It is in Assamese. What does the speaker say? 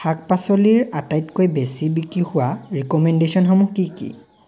শাক পাচলিৰ আটাইতকৈ বেছি বিক্ৰী হোৱা ৰিক'মেণ্ডেশ্যনসমূহ কি কি